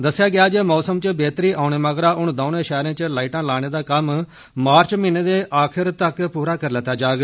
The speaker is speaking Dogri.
दस्सेआ गेआ जे मौसम च बेह्तरी आओने मगरा हुन दौनें शैह्रें च लाईटां लाने दा कम्म मार्च म्हीने दे खीर तक्कर पूरा करी लैता जाग